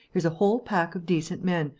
here's a whole pack of decent men,